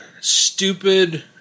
stupid